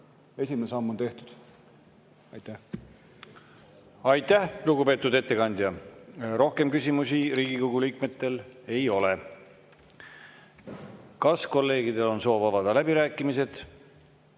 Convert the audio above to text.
Esimene samm on tehtud. Aitäh, lugupeetud ettekandja! Rohkem küsimusi Riigikogu liikmetel ei ole. Kas kolleegidel on soov avada läbirääkimised?